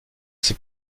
c’est